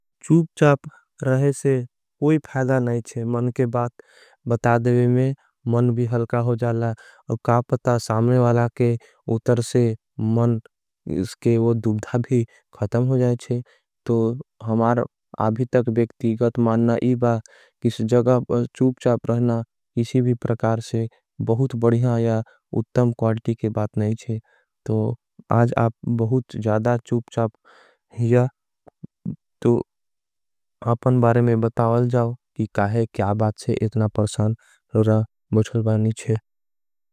चूपचाप रहे से कोई फायदा नहीं चे मन के बात बता देवे में। मन भी हलका हो जाला और का पता साम्रे वाला के उतर से। मन इसके वो दूब्धा भी खतम हो जाये चे तो हमार आभी तक। बेकती गत मानना इबा किस जगा पर चूपचाप रहना किसी भी। प्रकार से बहुत बड़िया या उत्तम क्वालिटी के बात नहीं चे तो। आज आप बहुत ज़्यादा चूपचाप हिया तो आपन बारे में बतावल। जाओ कि काहे क्या बात से इतना परसान रहा बचलबानी चे।